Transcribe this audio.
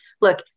look